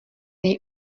něj